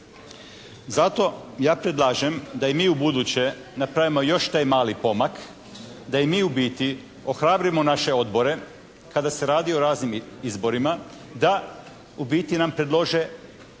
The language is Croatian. Zato ja predlažem da i mi ubuduće napravimo još taj mali pomak da i mi u biti ohrabrimo naše odbore kada se radi o raznim izborima da u biti nam predlože